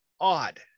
odd